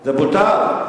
זה בוטל.